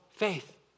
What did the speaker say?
faith